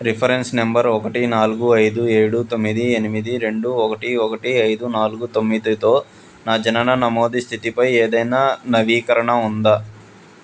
reference number ఒకటి నాలుగు ఐదు ఏడు తొమ్మిది ఎనిమిది రెండు ఒకటి ఒకటి ఐదు నాలుగు తొమ్మిదితో నా జనన నమోదు స్థితిపై ఏదైనా నవీకరణ ఉందా